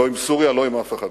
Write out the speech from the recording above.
לא עם סוריה ולא עם אף אחד אחר.